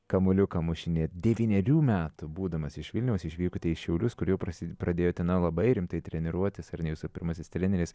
kamuoliuką mušinėt devynerių metų būdamas iš vilniaus išvykote į šiaulius kur jau prasi pradėjot na labai rimtai treniruotis ar ne jūsų pirmasis treneris